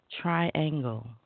triangle